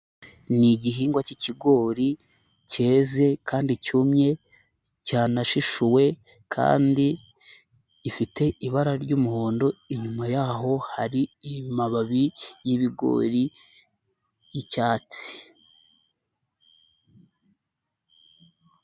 Ni igihingwa cy'ikigori cyeze kandi cyumye cyanashishuwe kandi gifite ibara ry'umuhondo, inyuma yaho hari amababi y'ibigori y'icyatsi.